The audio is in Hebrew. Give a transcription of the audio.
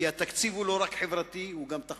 כי התקציב הוא לא רק חברתי, הוא גם תחבורתי.